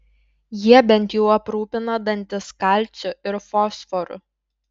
jie bent jau aprūpina dantis kalciu ir fosforu